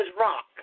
rock